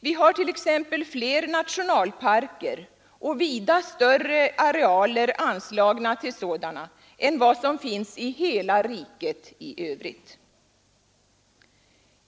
Vi har t.ex. fler nationalparker och vida större arealer anslagna till sådana än vad som finns i hela riket i övrigt.